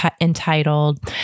entitled